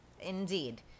indeed